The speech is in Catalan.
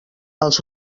els